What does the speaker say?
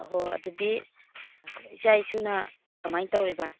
ꯍꯣꯏ ꯍꯣꯏ ꯑꯗꯨꯗꯤ ꯏꯆꯥ ꯏꯁꯨꯅ ꯀꯃꯥꯏꯅ ꯇꯧꯔꯤꯕ